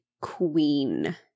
queen